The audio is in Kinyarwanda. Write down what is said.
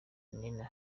nina